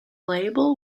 label